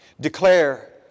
Declare